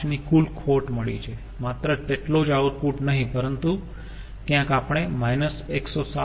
5 ની કુલ ખોટ મળી છે માત્ર તેટલો જ આઉટપુટ નહીં પરંતુ ક્યાંક આપણે 107